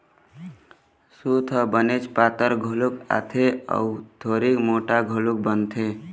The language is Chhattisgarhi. सूत ह बनेच पातर घलोक आथे अउ थोरिक मोठ्ठा घलोक बनथे